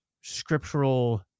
scriptural